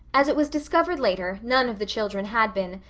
as it was discovered later, none of the children had been,